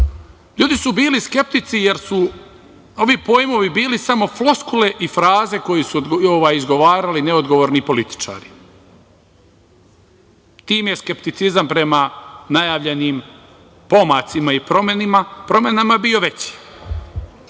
Ljudi su bili skeptici, jer su ovi pojmovi bili samo floskule i fraze koje su izgovarali neodgovorni političari, time je skepticizam prema najavljenim pomacima i promenama bio veći.